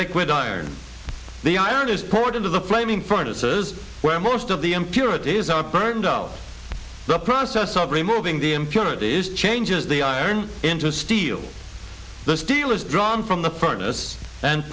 liquid iron the iron is poured into the flaming furnace is where most of the impurities are burned out the process of removing the impurities changes the iron interest eal the steel is drawn from the furnace and